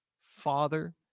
Father